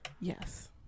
Yes